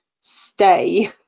stay